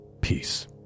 peace